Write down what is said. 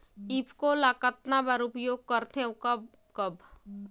ईफको ल कतना बर उपयोग करथे और कब कब?